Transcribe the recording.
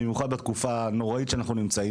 במיוחד בתקופה הנוראית שאנחנו נמצאים,